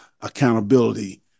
accountability